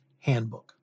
Handbook